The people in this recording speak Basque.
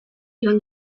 joan